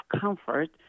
comfort